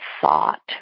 thought